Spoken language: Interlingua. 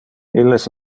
illes